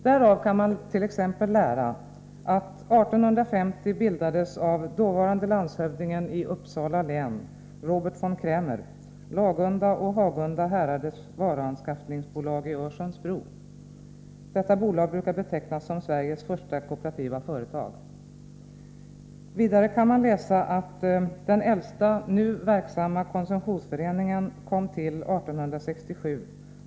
Därav kan man t.ex. lära att Lagunda och Hagunda häraders varuanskaffningsbolag i Örsundsbro år 1850 bildades av dåvarande landshövdingen i Uppsala län, Robert von Kraemer. Detta bolag brukar betecknas som Sveriges första kooperativa företag. Vidare kan man läsa att den äldsta nu verksamma konsumtionsföreningen kom till 1867.